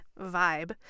vibe